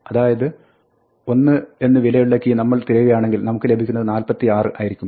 അതായത് 1 എന്ന് വിലയുള്ള കീ നമ്മൾ തിരയുകയാണെങ്കിൽ നമുക്ക് ലഭിക്കുന്നത് 46 ആയിരിക്കും